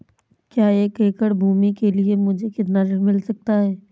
एक एकड़ भूमि के लिए मुझे कितना ऋण मिल सकता है?